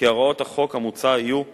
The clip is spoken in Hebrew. כי הוראות החוק המוצע יהיו קוגנטיות.